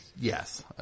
Yes